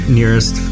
nearest